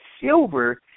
silver